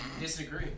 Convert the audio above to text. Disagree